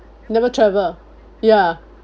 never travel ya